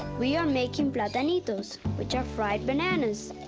we are making platanitos, which are fried bananas.